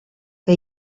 que